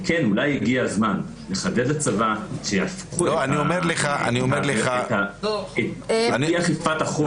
ואולי הגיע זמן לחדד לצבא על אי אכיפת החוק.